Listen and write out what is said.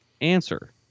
answer